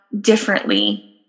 differently